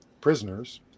prisoners